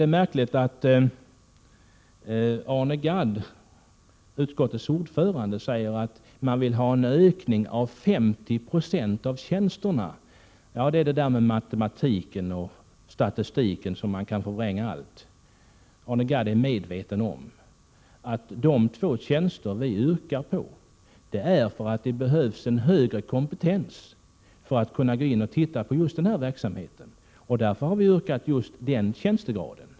Det är märkligt att Arne Gadd, utskottets ordförande, påstår att man vill ha en ökning med 50 26 av tjänsterna. Med matematik och statistik kan man ju förvränga allt. Arne Gadd är väl medveten om att vi yrkat på dessa två tjänster därför att det behövs en högre kompetens för att vi skall kunna se på just den statliga verksamheten. Därför har vi föreslagit en utökning av just den tjänstegraden.